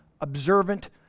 observant